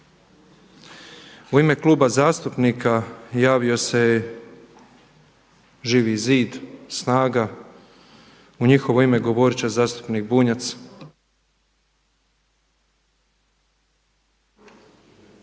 U ime Kluba zastupnika javio se Živi zid, SNAGA, u njihovo ime govoriti će zastupnik Bunjac.